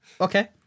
okay